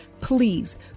Please